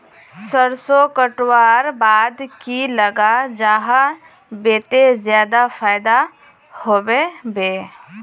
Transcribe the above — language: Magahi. सरसों कटवार बाद की लगा जाहा बे ते ज्यादा फायदा होबे बे?